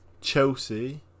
Chelsea